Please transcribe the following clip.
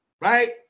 right